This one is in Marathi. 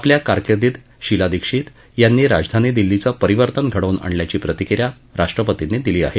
आपल्या कारकिर्दीत शिला दीक्षित यांनी राजधानी दिल्लीचं परिवर्तन घडवून आणल्याची प्रतिक्रिया राष्ट्रपतींनी दिली आहे